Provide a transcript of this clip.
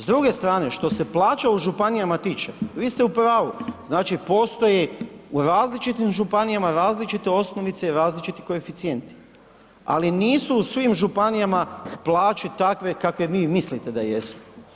S druge strane što se plaća u županiji tiče, vi ste u pravu, znači postoje u različitim županijama, različite osnovice i različiti koeficijenti ali nisu u svim županijama plaće takve kakve vi mislite da jesu.